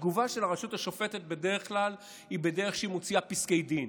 התגובה של הרשות השופטת בדרך כלל היא בדרך שהיא מוציאה פסקי דין